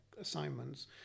assignments